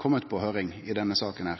vore på høyring i denne